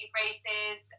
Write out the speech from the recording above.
races